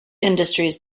industries